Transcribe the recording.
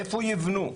איפה יבנו?